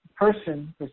person